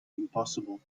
impossible